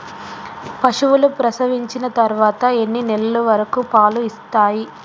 పశువులు ప్రసవించిన తర్వాత ఎన్ని నెలల వరకు పాలు ఇస్తాయి?